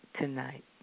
tonight